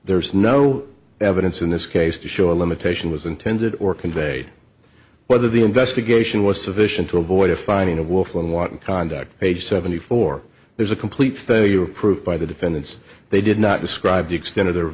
there is no evidence in this case to show a limitation was intended or conveyed whether the investigation was sufficient to avoid a finding of willful and wanton conduct page seventy four there's a complete failure of proof by the defendants they did not describe the extent of their